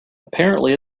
apparently